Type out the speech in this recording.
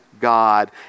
God